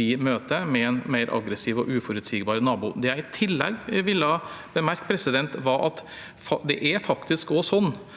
vi møter, med en mer aggressiv og uforutsigbar nabo. Det jeg i tillegg ville bemerke, er at den støtten vi gir